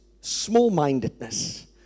small-mindedness